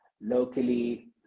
locally